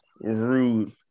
rude